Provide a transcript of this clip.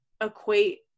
equate